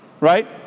right